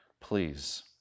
Please